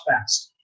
fast